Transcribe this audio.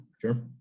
sure